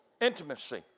Intimacy